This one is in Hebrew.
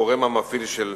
הגורם המפעיל של